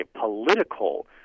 political